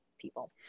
people